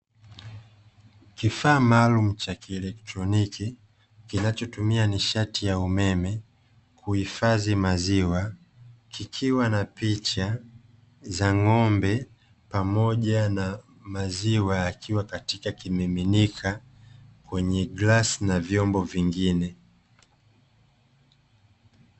Kifaa maalumu cha kielectroniki kinachotumia nishati ya umeme kuhifadhi maziwa, kikiwa na picha za ng'ombe pamoja na maziwa yakiwa katika kimiminika kwenye glasi na vyombo vingine.